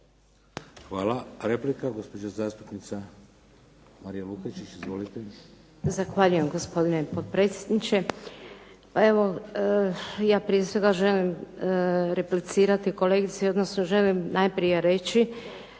Hvala. Replika, gospođa zastupnica Ljubica Lukačić. Izvolite. **Lukačić, Ljubica (HDZ)** Zahvaljujem gospodine potpredsjedniče. Pa evo, ja prije svega želim replicirati kolegici, odnosno želim najprije reći